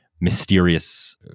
mysterious